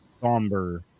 somber